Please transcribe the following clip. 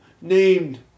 named